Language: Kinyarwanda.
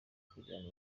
kugirana